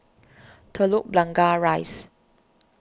Telok Blangah Rise